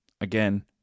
again